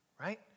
right